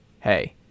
hey